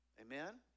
Amen